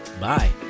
bye